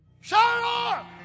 sharon